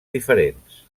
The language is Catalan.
diferents